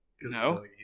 No